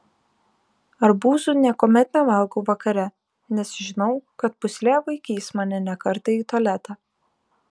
arbūzų niekuomet nevalgau vakare nes žinau kad pūslė vaikys mane ne kartą į tualetą